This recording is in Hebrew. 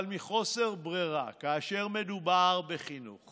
אבל מחוסר ברירה, כאשר מדובר בחינוך